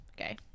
Okay